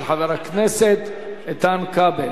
של חבר הכנסת איתן כבל.